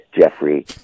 jeffrey